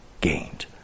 gained